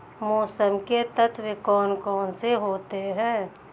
मौसम के तत्व कौन कौन से होते हैं?